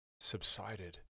subsided